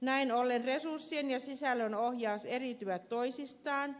näin ollen resurssien ja sisällön ohjaus eriytyvät toisistaan